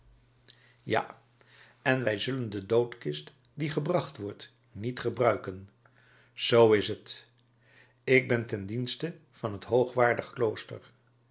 ja en wij zullen de doodkist die gebracht wordt niet gebruiken zoo is het ik ben ten dienste van het hoogwaardig klooster